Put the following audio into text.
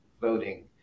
voting